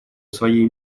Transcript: своей